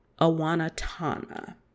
Awanatana